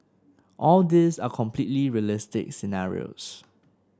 all these are completely realistic scenarios